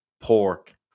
pork